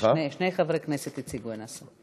שני חברי כנסת הציגו את הנושא.